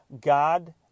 God